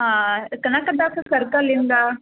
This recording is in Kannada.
ಹಾಂ ಕನಕದಾಸ ಸರ್ಕಲಿಂದ